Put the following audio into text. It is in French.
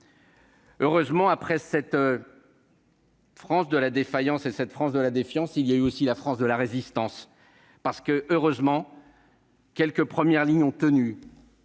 Heureusement, après cette France de la défaillance et cette France de la défiance, il y a eu aussi la France de la résistance ! Heureusement, quelques premières lignes ont tenu